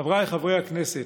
חבריי חברי הכנסת,